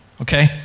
okay